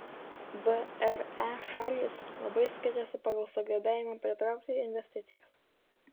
vre šalys labai skiriasi pagal sugebėjimą pritraukti investicijas